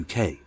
UK